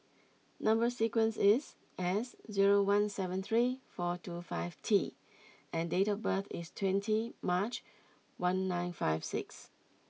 number sequence is S zero one seven three four two five T and date of birth is twenty March one nine five six